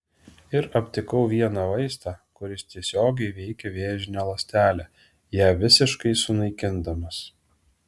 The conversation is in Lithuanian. ir aptikau vieną vaistą kuris tiesiogiai veikia vėžinę ląstelę ją visiškai sunaikindamas